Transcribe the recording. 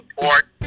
support